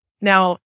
Now